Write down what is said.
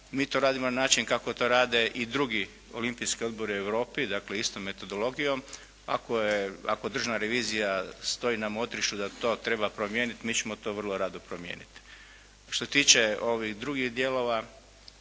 Mi to radimo na način kako to rade i drugi olimpijski odbori u Europi, dakle istom metodologijom a koje je ako Državna revizija stoji na motrištu da to treba promijeniti mi ćemo to vrlo rado promijeniti. Što se tiče ovih drugih dijelova